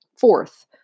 Fourth